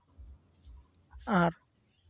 ᱟᱨ